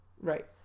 Right